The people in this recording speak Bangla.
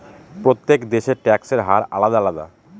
প্রত্যেক দেশের ট্যাক্সের হার আলাদা আলাদা